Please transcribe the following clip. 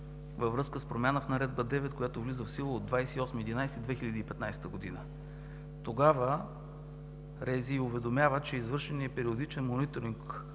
във връзка с промяна в Наредба № 9, която влиза в сила от 28 ноември 2015 г. Тогава РЗИ уведомява, че по извършения периодичен мониторинг